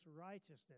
righteousness